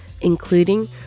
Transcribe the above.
including